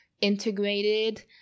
integrated